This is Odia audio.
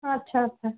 ଆଚ୍ଛା ଆଚ୍ଛା